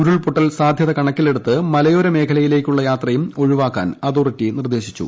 ഉരുൾപൊട്ടൽ സാധ്യത കണക്കിലെടുത്ത് മലയോര മേഖലയിലേക്കുള്ള യാത്രയും ഒഴിവാക്കാൻ അതോറിറ്റി നിർദ്ദേശിച്ചിട്ടുണ്ട്